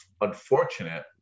unfortunate